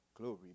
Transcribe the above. Glory